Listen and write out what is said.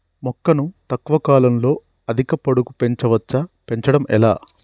మొక్కను తక్కువ కాలంలో అధిక పొడుగు పెంచవచ్చా పెంచడం ఎలా?